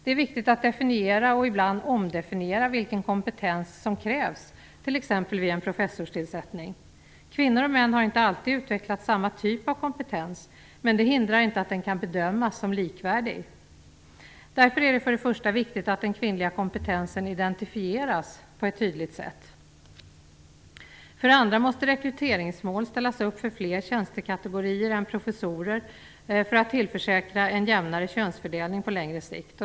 Det är viktigt att definiera och ibland omdefiniera vilken kompetens som krävs t.ex. vid en professorstillsättning. Kvinnor och män har inte alltid utvecklat samma typ av kompetens, men det hindrar inte att den kan bedömas som likvärdig. Därför är det för det första viktigt att den kvinnliga kompetensen identifieras på ett tydligt sätt. För det andra måste rekryteringsmål ställas upp för fler tjänstekategorier än professorer för att tillförsäkra en jämnare könsfördelning på längre sikt.